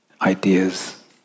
ideas